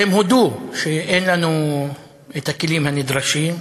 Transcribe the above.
והם הודו ש-אין לנו הכלים הנדרשים.